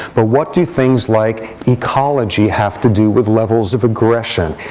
but what do things like ecology have to do with levels of aggression?